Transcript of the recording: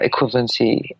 equivalency